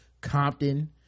compton